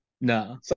No